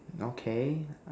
okay